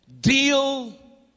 Deal